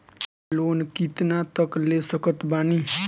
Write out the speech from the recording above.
Loan कितना तक ले सकत बानी?